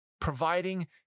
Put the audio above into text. Providing